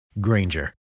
Granger